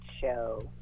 show